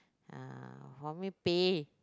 uh for me pay